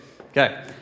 Okay